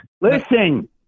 Listen